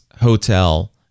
hotel